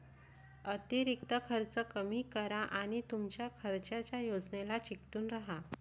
अतिरिक्त खर्च कमी करा आणि तुमच्या खर्चाच्या योजनेला चिकटून राहा